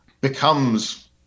becomes